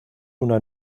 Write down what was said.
una